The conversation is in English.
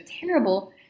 terrible